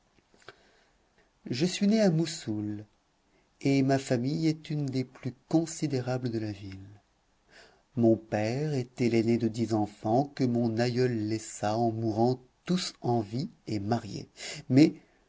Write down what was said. je suis né à moussoul et ma famille est une des plus considérables de la ville mon père était l'aîné de dix enfants que mon aïeul laissa en mourant tous en vie et mariés mais